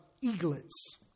eaglets